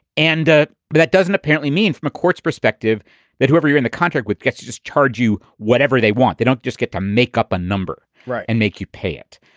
and ah that doesn't apparently mean from the court's perspective that whoever you are in the contract with, guess you just charge you whatever they want. they don't just get to make up a number. right. and make you pay it.